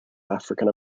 african